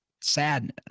sadness